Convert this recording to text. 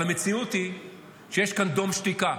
אבל המציאות היא שיש כאן דום שתיקה.